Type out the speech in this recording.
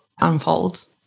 unfolds